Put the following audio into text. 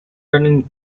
running